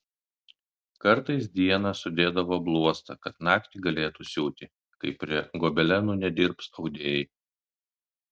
kartais dieną sudėdavo bluostą kad naktį galėtų siūti kai prie gobelenų nedirbs audėjai